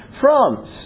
France